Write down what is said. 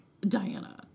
diana